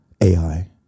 AI